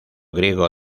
griego